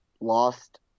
lost